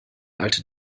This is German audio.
alte